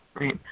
right